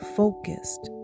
focused